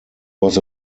was